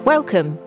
Welcome